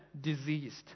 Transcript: diseased